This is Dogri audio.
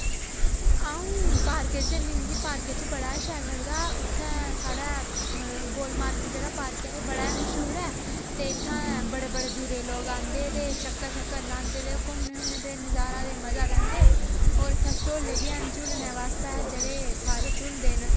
अ'ऊं पार्के च जन्नी मिगी पार्के च बड़ा गै शैल लगदा उत्थै साढै़ गोल मार्केट जेह्ड़ा पार्क ऐ एह् बड़ा गै मश्हूर ऐ ते इत्थैं बड़े बड़े दूरा दे लोग आंदे ते चक्कर शक्कर लांदे ते घूमने शुमने ते नजारा ते बड़ा लैंदे होर इत्थैं झूले बी हैन झूलने वास्तै जेह्ड़े सारे झूलदे न